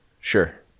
Sure